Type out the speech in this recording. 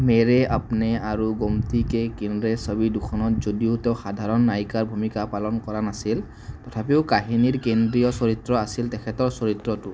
মেৰে অপনে আৰু গোমতি কে কিনৰে ছবি দুখনত যদিও তেওঁ সাধাৰণ নায়িকাৰ ভূমিকা পালন কৰা নাছিল তথাপিও কাহিনীৰ কেন্দ্ৰীয় চৰিত্ৰ আছিল তেখেতৰ চৰিত্ৰটো